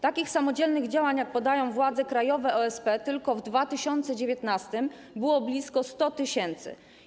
Takich samodzielnych działań, jak podają władze krajowe OSP, tylko w 2019 r. było blisko 100 tys.